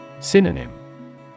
Synonym